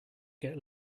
get